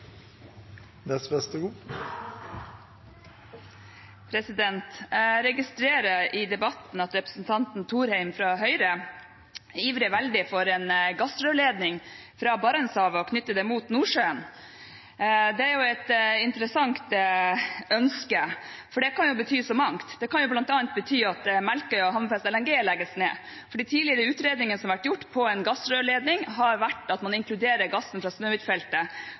Høyre ivrer veldig for en gassrørledning fra Barentshavet og knytte den mot Nordsjøen. Det er jo et interessant ønske, for det kan bety så mangt. Det kan jo bl.a. bety at Melkøya og Hammerfest LNG legges ned, for de tidligere utredningene som har vært gjort på en gassrørledning, har vært at man inkluderer gassen fra